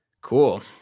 cool